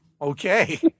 Okay